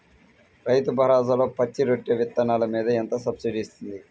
రైతు భరోసాలో పచ్చి రొట్టె విత్తనాలు మీద ఎంత సబ్సిడీ ఇస్తుంది?